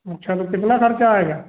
अच्छा तो कितना खर्चा आएगा